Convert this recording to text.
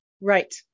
right